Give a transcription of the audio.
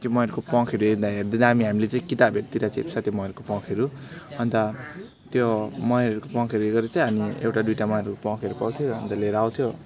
त्यो मयुरको प्वाँखहरू हेर्दाहेर्दै दामी हामीले चाहिँ किताबहरूतिर चेप्छ त्यो मयुरको प्वाँखहरू अन्त त्यो मयुरहरूको प्वाँखहरू गरी चाहिँ हामी एउटा दुईवटा मयुरहरू प्वाँखहरू पाउँथ्यो अन्त लिएर आउँथ्यो